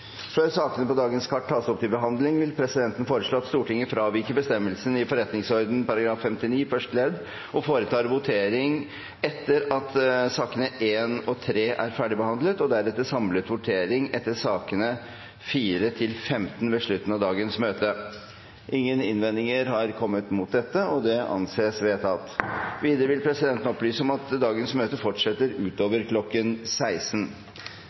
Før sakene på dagens kart tas opp til behandling, vil presidenten foreslå at Stortinget fraviker bestemmelsen i forretningsordenens § 59 første ledd og foretar votering etter at sakene nr. 1–3 er ferdigbehandlet, og deretter samlet votering etter sakene nr. 4–15 ved slutten av dagens møte. – Ingen innvendinger har kommet mot presidentens forslag, og det anses vedtatt. Videre vil presidenten opplyse om at møtet fortsetter utover kl. 16.